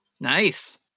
Nice